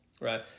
right